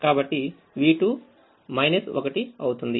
కాబట్టి v2 1 అవుతుంది